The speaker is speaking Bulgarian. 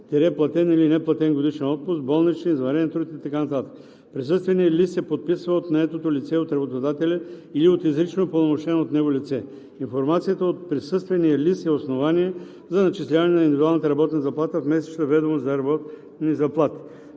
– платен или неплатен годишен отпуск, болнични, извънреден труд и така нататък. Присъственият лист се подписва от наетото лице и от работодателя или от изрично упълномощено от него лице. Информацията от присъствения лист е основание за начисляване на индивидуалната работна заплата в месечната ведомост за работни заплати.